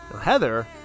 Heather